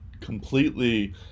completely